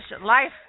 life